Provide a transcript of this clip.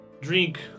drink